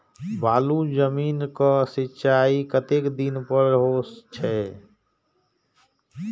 बालू जमीन क सीचाई कतेक दिन पर हो छे?